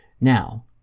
Now